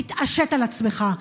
תתעשת על עצמך,